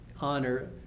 honor